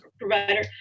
provider